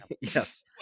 Yes